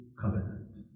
covenant